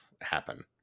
happen